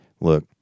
Look